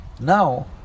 Now